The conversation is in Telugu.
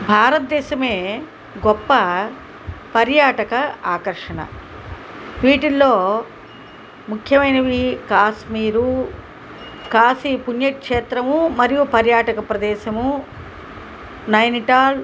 భారతదేశమే గొప్ప పర్యాటక ఆకర్షణ వీటిల్లో ముఖ్యమైనవి కాశ్మీరు కాశీ పుణ్యక్షేత్రము మరియు పర్యాటక ప్రదేశము నైనిటాల్